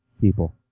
People